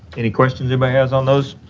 any questions anybody has on those?